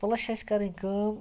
plus چھِ اَسہِ کرٕنۍ کٲم